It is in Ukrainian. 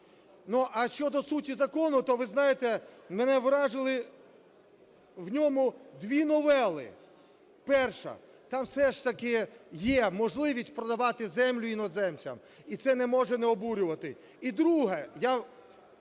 що. А щодо суті закону, то ви знаєте, мене вразили в ньому дві новели. Перша. Там все ж таки є можливість продавати землю іноземцям. І це не може не обурювати. І друге.